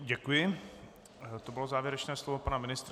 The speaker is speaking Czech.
Děkuji, to bylo závěrečné slovo pana ministra.